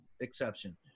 exception